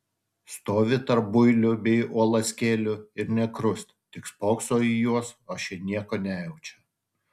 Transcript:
stovi tarp builių bei uolaskėlių ir nė krust tik spokso į juos o šie nieko nejaučia